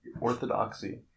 orthodoxy